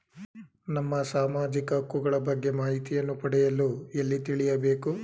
ನಮ್ಮ ಸಾಮಾಜಿಕ ಹಕ್ಕುಗಳ ಬಗ್ಗೆ ಮಾಹಿತಿಯನ್ನು ಪಡೆಯಲು ಎಲ್ಲಿ ತಿಳಿಯಬೇಕು?